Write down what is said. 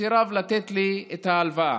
סירב לתת לי את ההלוואה.